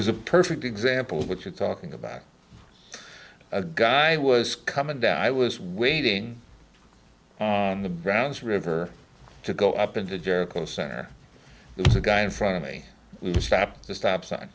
was a perfect example of what you're talking about a guy who was coming down i was waiting on the browns river to go up into jericho center there's a guy in front of me stopped the stop sign